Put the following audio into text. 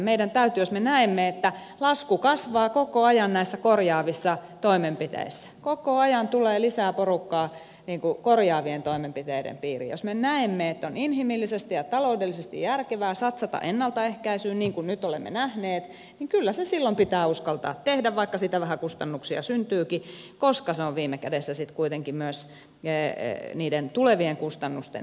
jos me näemme että lasku kasvaa koko ajan näissä korjaavissa toimenpiteissä koko ajan tulee lisää porukkaa korjaavien toimenpiteiden piiriin ja että on inhimillisesti ja taloudellisesti järkevää satsata ennaltaehkäisyyn niin kuin nyt olemme nähneet niin kyllä se silloin pitää uskaltaa tehdä vaikka siitä vähän kustannuksia syntyykin koska se on viime kädessä sitten kuitenkin myös niiden tulevien kustannusten hillintää